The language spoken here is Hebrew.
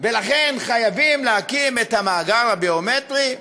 ולכן חייבים להקים את המאגר הביומטרי?